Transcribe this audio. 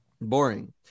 boring